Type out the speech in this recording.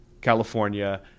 California